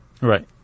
Right